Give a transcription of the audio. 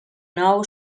nou